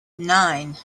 nine